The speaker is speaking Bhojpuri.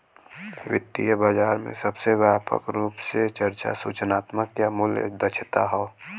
वित्तीय बाजार में सबसे व्यापक रूप से चर्चा सूचनात्मक या मूल्य दक्षता हौ